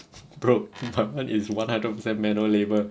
bro compartment is one hundred percent manual labour